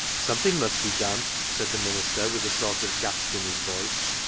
something must be done, said the minister, with a sort of gasp in his voice.